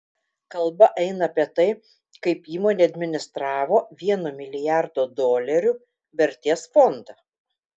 kalba eina apie tai kaip įmonė administravo vieno milijardo dolerių vertės fondą